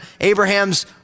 Abraham's